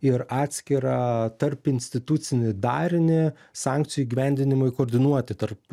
ir atskirą tarpinstitucinį darinį sankcijų įgyvendinimui koordinuoti tarp